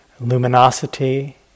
luminosity